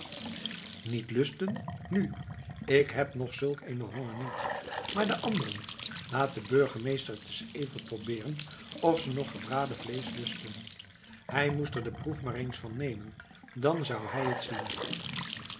niet lusten nu ik heb nog zulk eenen honger niet maar de anderen laat de burgemeester het eens even probeeren of ze nog gebraden vleesch lusten hij moest er de proef maar eens van nemen dan zou hij het zien